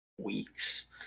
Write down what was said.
Weeks